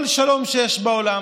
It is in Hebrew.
כל שלום שיש בעולם,